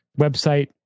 website